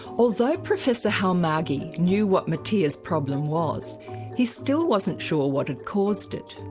although professor halmagyi knew what mattea's problem was he still wasn't sure what had caused it.